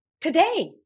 today